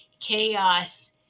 Chaos